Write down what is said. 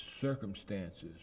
circumstances